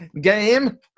game